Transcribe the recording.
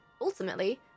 ultimately